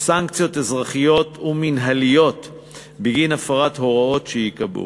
סנקציות אזרחיות ומינהליות בגין הפרת הוראות שייקבעו.